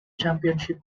championship